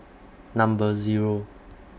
Number Zero